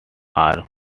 are